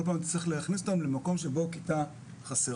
פעם אתה צריך להכניס אותם למקום שבו כיתה חסרה.